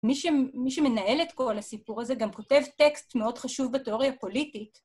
מי שמנהל את כל הסיפור הזה גם כותב טקסט מאוד חשוב בתיאוריה פוליטית.